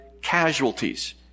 casualties